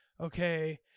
Okay